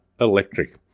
Electric